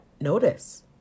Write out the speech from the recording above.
notice